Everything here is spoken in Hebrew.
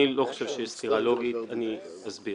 אני לא חושב שיש סתירה לוגית, אני אסביר.